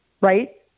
right